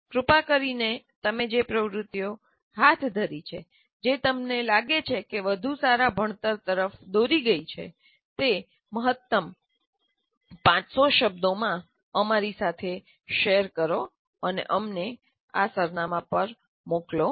કૃપા કરીને તમે જે પ્રવૃત્તિઓ હાથ ધરી છે જે તમને લાગે છે કે વધુ સારી રીતે ભણતર તરફ દોરી ગઈ છે તે મહત્તમ 500 શબ્દોમાં અમારી સાથે શેર કરો અને અમને આ સરનામાં પર મોકલો